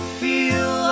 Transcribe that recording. feel